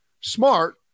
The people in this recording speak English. smart